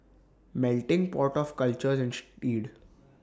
melting pot of cultures inch deed